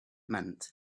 meant